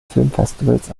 filmfestivals